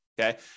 okay